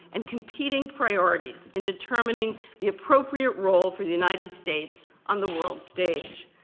and competing priorities in determining the appropriate role for the united states on the world stage.